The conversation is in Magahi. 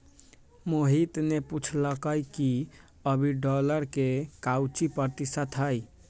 मोहित ने पूछल कई कि अभी डॉलर के काउची प्रतिशत है?